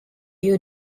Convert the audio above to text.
you